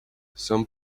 some